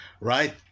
right